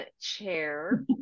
chair